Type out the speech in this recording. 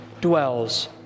dwells